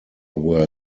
were